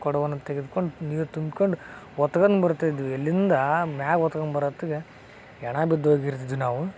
ಕೊಡವನ್ನು ತೆಗೆದ್ಕೊಂಡು ನೀರು ತುಂಬಿಕೊಂಡು ಹೊತ್ಕಂದ್ ಬರ್ತಿದ್ವಿ ಎಲ್ಲಿಂದ ಮ್ಯಾಗೆ ಹೊತ್ಕೊಂಬರೊತ್ತಿಗೆ ಹೆಣ ಬಿದ್ದೋಗಿರ್ತಿದ್ವಿ ನಾವು